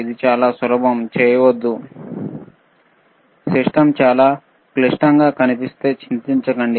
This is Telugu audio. ఇది చాలా సులభంసిస్టమ్ చాలా క్లిష్టంగా కనిపిస్తే చింతించకండి